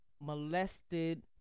molested